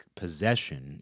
possession